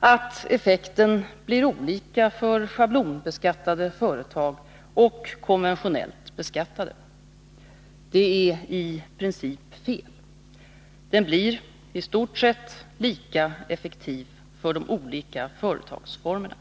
att effekten blir olika för schablonbeskattade företag och för konventionellt beskattade. Det är i princip fel. Effekten blir i stort sett densamma för de olika företagsformerna.